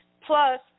plus